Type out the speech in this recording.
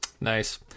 nice